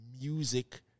music